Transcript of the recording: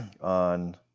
on